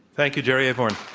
thank you. jerry avorn.